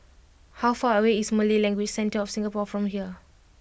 how far away is Malay Language Centre of Singapore from here